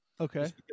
Okay